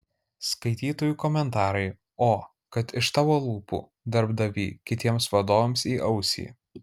skaitytojų komentarai o kad iš tavo lūpų darbdavy kitiems vadovams į ausį